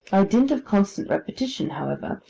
by dint of constant repetition, however,